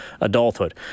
adulthood